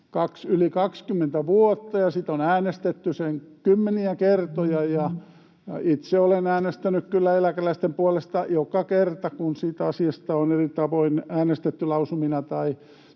20 vuotta, ja siitä on äänestetty kymmeniä kertoja, ja itse olen äänestänyt kyllä eläkeläisten puolesta joka kerta, kun siitä asiasta on eri tavoin äänestetty lausumina.